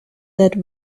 that